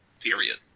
Period